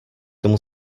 tomu